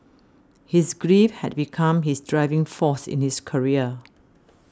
his grief had become his driving force in his career